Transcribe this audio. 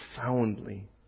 profoundly